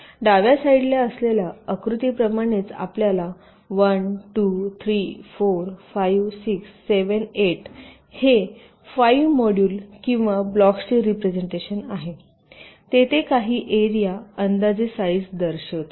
डाव्या साईडला असलेल्या आकृतीप्रमाणेच आपल्याला 1 2 3 4 5 6 7 8 हे 5 मॉड्यूल किंवा ब्लॉक्सचे रिप्रेझेन्टेशन आहे तेथे काही एरिया अंदाजे साईज दर्शवितात